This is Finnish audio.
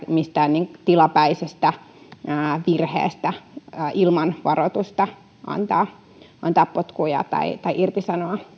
mistään tilapäisestä virheestä ilman varoitusta antaa antaa potkuja tai tai irtisanoa